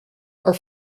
are